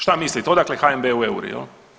Šta mislite, odakle HNB-u euri?